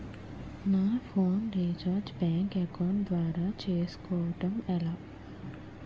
నా phone recharge bank account ద్వారా చేసుకోవటం ఎలా?